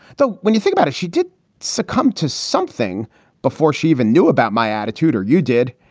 so when you think about it, she did succumb to something before she even knew about my attitude or you did.